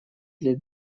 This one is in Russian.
для